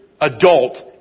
adult